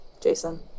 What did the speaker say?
Jason